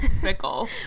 fickle